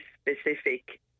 specific